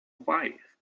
wise